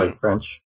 French